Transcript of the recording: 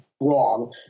wrong